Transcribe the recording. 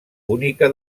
única